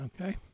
Okay